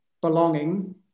belonging